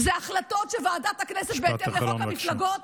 אלה החלטות שבהן וועדת הכנסת בהתאם לחוק המפלגות,